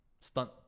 stunt